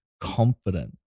confident